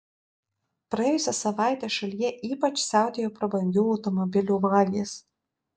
praėjusią savaitę šalyje ypač siautėjo prabangių automobilių vagys